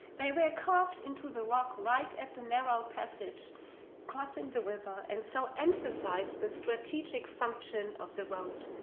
they were carved into the rock right at the narrow passage crossing the river, and so emphasized the strategic function of the road.